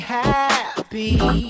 happy